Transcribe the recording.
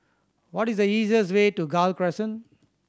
what is the easiest way to Gul Crescent